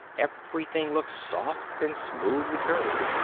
everything looked soft and smoothly curved,